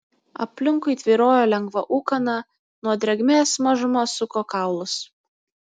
aplinkui tvyrojo lengva ūkana nuo drėgmės mažumą suko kaulus